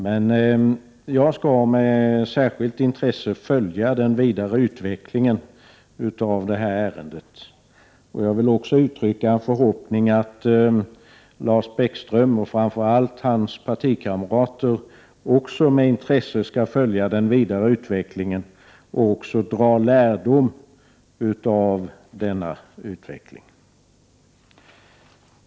Men jag skall med särskilt intresse följa den vidare utvecklingen av det här ärendet, och jag vill uttrycka en förhoppning att även Lars Bäckström och framför allt hans partikamrater med intresse skall följa den vidare utvecklingen och också dra lärdom av denna utveckling.